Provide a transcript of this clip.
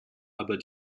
aber